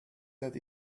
that